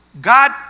God